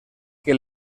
que